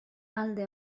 alde